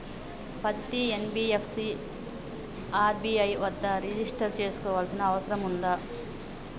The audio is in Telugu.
పత్తి ఎన్.బి.ఎఫ్.సి ని ఆర్.బి.ఐ వద్ద రిజిష్టర్ చేసుకోవాల్సిన అవసరం ఉందా?